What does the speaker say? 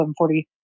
1140